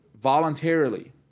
voluntarily